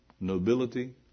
Nobility